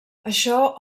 això